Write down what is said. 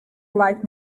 liked